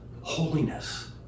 holiness